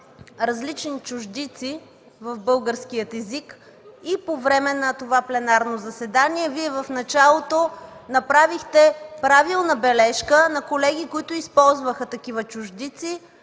различни чуждици в българския език. И по време на това пленарно заседание Вие в началото направихте правилна бележка на колеги, използващи такива чуждици.